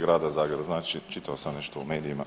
Grada Zagreba znači čitao sam nešto u medijima,